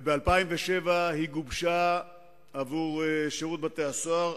וב-2007 היא גובשה עבור שירות בתי-הסוהר.